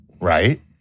right